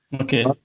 Okay